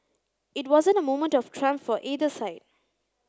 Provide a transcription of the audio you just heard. it wasn't a moment of triumph for either side